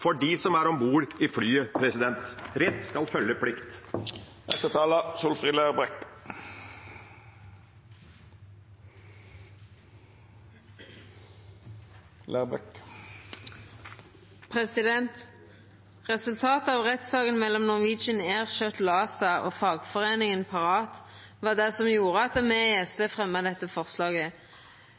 for dem som er om bord i flyet. Rett skal følge plikt. Resultatet av rettssaka mellom Norwegian Air Shuttle ASA og fagforeininga Parat var det som gjorde at me i SV fremja dette forslaget.